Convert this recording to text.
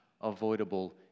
avoidable